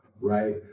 right